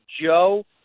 Joe